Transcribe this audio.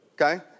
Okay